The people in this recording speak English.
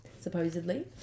supposedly